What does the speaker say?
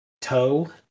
toe